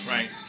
Right